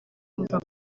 kumva